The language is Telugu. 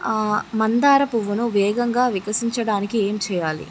మందార పువ్వును వేగంగా వికసించడానికి ఏం చేయాలి?